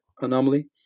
anomaly